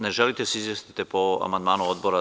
Ne želite da se izjasnite po amandmanu Odbra?